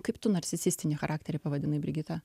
kaip tu narcisistinį charakterį pavadinai brigita